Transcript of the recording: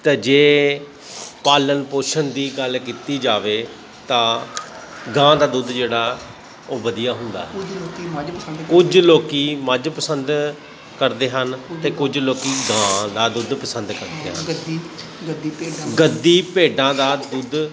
ਅਤੇ ਜੇ ਪਾਲਣ ਪੋਸ਼ਣ ਦੀ ਗੱਲ ਕੀਤੀ ਜਾਵੇ ਤਾਂ ਗਾਂ ਦਾ ਦੁੱਧ ਜਿਹੜਾ ਉਹ ਵਧੀਆ ਹੁੰਦਾ ਹੈ ਕੁਝ ਲੋਕੀਂ ਮੱਝ ਪਸੰਦ ਕਰਦੇ ਹਨ ਅਤੇ ਕੁਝ ਗਾਂ ਦਾ ਦੁੱਧ ਪਸੰਦ ਕਰਦੇ ਹਨ ਗੱਦੀ ਭੇਡਾਂ ਦਾ ਦੁੱਧ